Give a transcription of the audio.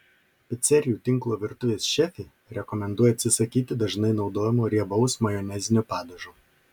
picerijų tinklo virtuvės šefė rekomenduoja atsisakyti dažnai naudojamo riebaus majonezinio padažo